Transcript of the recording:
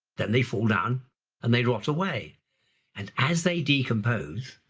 then they fall down and they rot away and as they decompose.